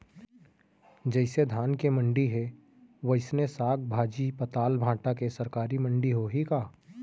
जइसे धान के मंडी हे, वइसने साग, भाजी, पताल, भाटा के सरकारी मंडी होही का?